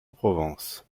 provence